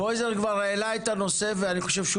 קרויזר כבר העלה את הנושא ואני חושב שהוא